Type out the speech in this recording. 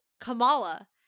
Kamala